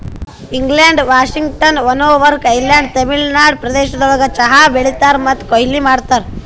England, Washington, Vancouver Island, Tamil Nadu ಪ್ರದೇಶಗೊಳ್ದಾಗ್ ಚಹಾ ಬೆಳೀತಾರ್ ಮತ್ತ ಕೊಯ್ಲಿ ಮಾಡ್ತಾರ್